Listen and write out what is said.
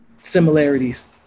similarities